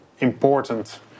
important